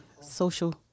social